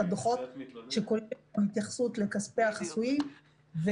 את הדוחות שכוללים התייחסות לכספי החסויים.